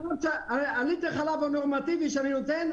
בליטר חלב נורמטיבי שאני נותן,